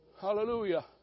Hallelujah